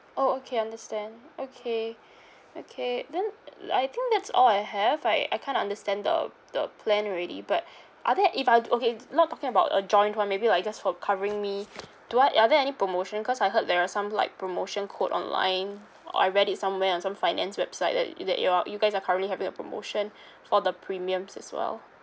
oh okay understand okay okay then I think that's all I have I I kind of understand the p~ the plan already but are there if I do okay not talking about a joint one maybe like just for covering me do I are there any promotion cause I heard there are some like promotion code online or I read it somewhere on some finance website that y~ that you are you guys are currently having a promotion for the premiums as well